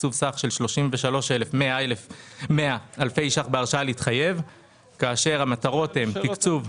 ותקצוב סך של 2,186 אלפי ש"ח בהרשאה להתחייב עבור תקצוב תגבור